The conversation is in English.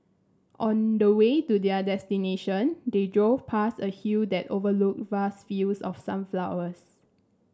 on the way to their destination they drove past a hill that overlooked vast fields of sunflowers